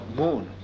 moon